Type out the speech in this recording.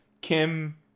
Kim